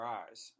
eyes